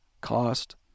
cost